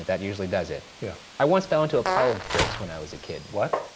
that usually does it. yeah. i once fell into a pile of bricks when i was a kid. what?